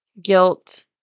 guilt